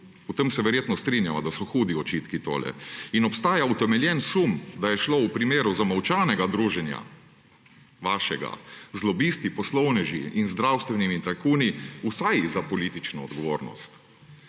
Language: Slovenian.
V tem se verjetno strinjava, da so to hudi očitki. In obstaja utemeljen sum, da je šlo v primeru vašega zamolčanega druženja z lobisti, poslovneži in zdravstvenimi tajkuni vsaj za politično odgovornost.